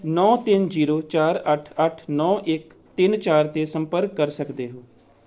ਨੌਂ ਤਿੰਨ ਜੀਰੋ ਚਾਰ ਅੱਠ ਅੱਠ ਨੌਂ ਇੱਕ ਤਿੰਨ ਚਾਰ 'ਤੇ ਸੰਪਰਕ ਕਰ ਸਕਦੇ ਹੋ